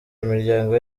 imiryango